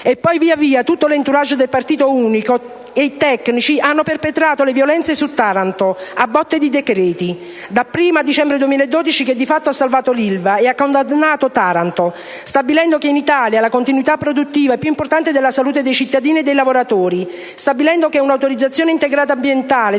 e poi via, via, tutto l'*entourage* del partito unico e "tecnici" hanno perpetrato le violenze su Taranto a botte di decreti. Dapprima, a dicembre 2012, un provvedimento che di fatto ha salvato l'Ilva e ha condannato Taranto, stabilendo che in Italia la continuità produttiva è più importante della salute di cittadini e lavoratori. Stabilendo che un'autorizzazione integrata ambientale